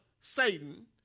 Satan